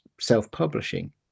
Self-publishing